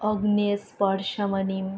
अग्ने स्पर्शमणिं